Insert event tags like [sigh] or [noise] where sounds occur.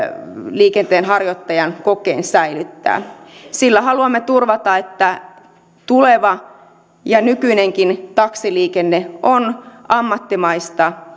liikenteenharjoittajan kokeen säilyttää sillä haluamme turvata että tuleva ja nykyinenkin taksiliikenne on ammattimaista [unintelligible]